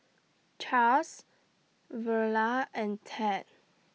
Charles Verla and Ted